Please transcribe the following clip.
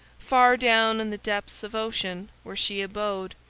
far down in the deeps of ocean where she abode,